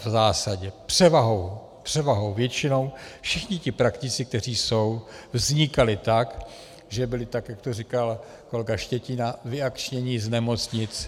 V zásadě převahou převahou většinou všichni ti praktici, kteří jsou, vznikali tak, že byli, tak jak to říkal kolega Štětina, vyakčněni z nemocnic.